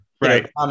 Right